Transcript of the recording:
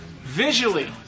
visually